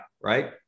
right